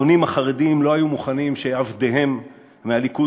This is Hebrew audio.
האדונים החרדים לא היו מוכנים שעבדיהם מהליכוד